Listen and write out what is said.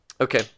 Okay